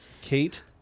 Kate